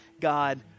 God